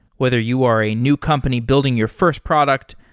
whether you are a new company building your first product,